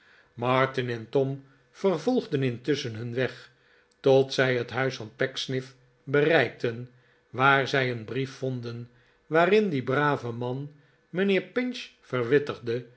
martin en tom vervolgden intusschen hun weg tot zij het huis van pecksniff bereikten waar zij een brief vonden waarin die brave man mijnheer pinch verwittigde